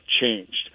changed